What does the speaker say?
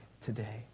today